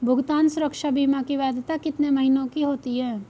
भुगतान सुरक्षा बीमा की वैधता कितने महीनों की होती है?